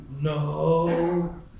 No